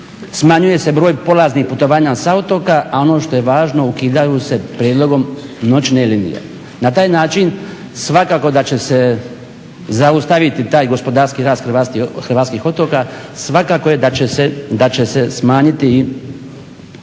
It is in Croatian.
Smanjuje se broj polaznih putovanja sa otoka, a ono što je važno ukidaju se prijedlogom noćne linije. Na taj način svakako da će se zaustaviti taj gospodarski rast hrvatskih otoka. Svakako je da će se smanjiti i da će biti